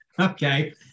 okay